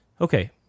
Okay